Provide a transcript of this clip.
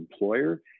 employer